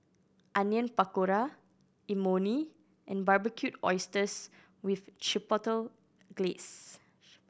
Onion Pakora Imoni and Barbecued Oysters with Chipotle Glaze